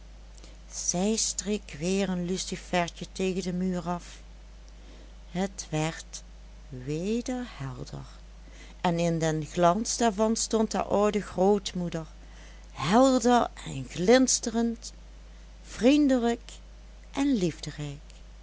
zij streek weer een lucifertje tegen den muur af het werd weder helder en in den glans daarvan stond haar oude grootmoeder helder en glinsterend vriendelijk en